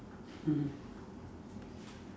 mm